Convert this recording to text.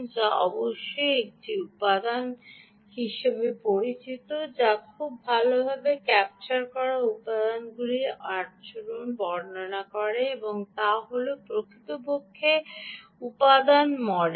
যা অবশ্যই একটি উপাদান হিসাবে পরিচিত যা খুব ভালভাবে ক্যাপচার করা উপাদানগুলির আচরণ বর্ণনা করে এবং তা হল প্রকৃতপক্ষে উপাদান মডেল